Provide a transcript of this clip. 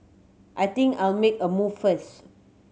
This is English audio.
I think I'll make a move first